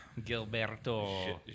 Gilberto